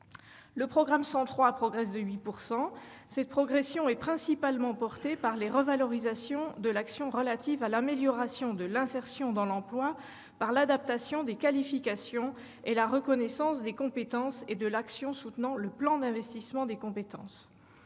Le programme 103 progresse de 8 %. Cette progression est principalement portée par les revalorisations de l'action Amélioration de l'insertion dans l'emploi par l'adaptation des qualifications et la reconnaissance des compétences, ainsi que de l'action Plan d'investissement des compétences.